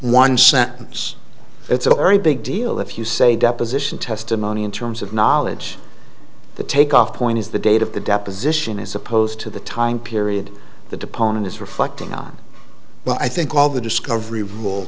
sentence it's a very big deal if you say deposition testimony in terms of knowledge the take off point is the date of the deposition as opposed to the time period the deponent is reflecting on but i think all the discovery rule